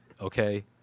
okay